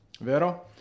Vero